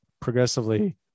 progressively